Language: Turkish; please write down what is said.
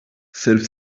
sırp